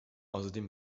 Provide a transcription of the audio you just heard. außerdem